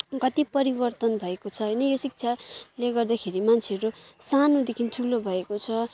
कत्ति परिवर्तन भएको छ भने यो शिक्षाले गर्दा मान्छेहरू सानोदेखि ठुलो भएको छ